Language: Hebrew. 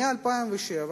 מ-2007,